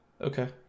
Okay